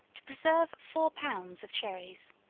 to preserve four pounds of cherries,